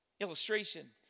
Illustration